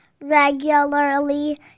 Regularly